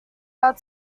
are